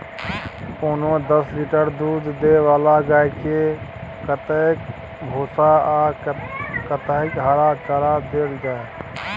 कोनो दस लीटर दूध दै वाला गाय के कतेक भूसा आ कतेक हरा चारा देल जाय?